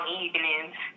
evenings